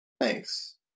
thanks